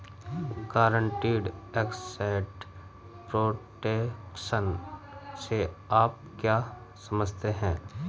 Guaranteed asset protection से आप क्या समझते हैं?